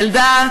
ילדה,